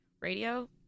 Radio